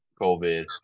COVID